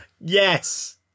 Yes